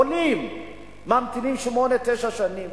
עולים, שממתינים שמונה, תשע שנים?